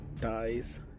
dies